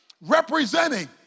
representing